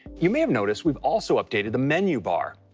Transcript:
you may have noticed we've also updated the menu bar.